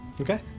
Okay